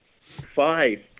Five